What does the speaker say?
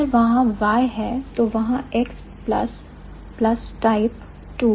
अगर वहां Y है तो वहां X plus plus type II